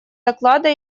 доклада